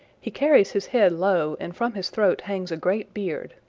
he carries his head low and from his throat hangs a great beard.